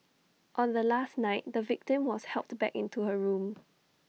on the last night the victim was helped back into her room